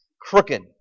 crooked